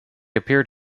appeared